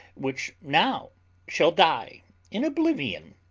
which now shall die in oblivion,